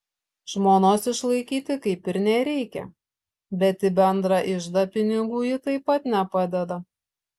žmonos išlaikyti kaip ir nereikia bet į bendrą iždą pinigų ji taip pat nepadeda